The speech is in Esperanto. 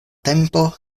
tempo